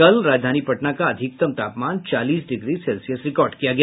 कल राजधानी पटना का अधिकतम तापमान चालीस डिग्री सेल्सियस रिकॉर्ड किया गया